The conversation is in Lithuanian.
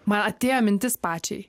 man atėjo mintis pačiai